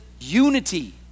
unity